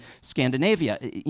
Scandinavia